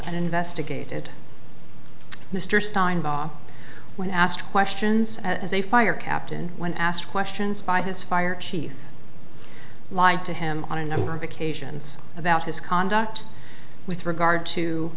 and investigated mr steinbach when asked questions as a fire captain when asked questions by his fire chief lied to him on a number of occasions about his conduct with regard to